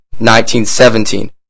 1917